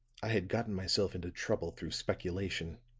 i had gotten myself into trouble through speculation